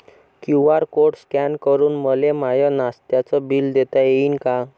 QR code scan करून मले माय नास्त्याच बिल देता येईन का?